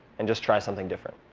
and just try something different.